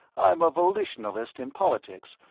i'm a volitionalist in politics,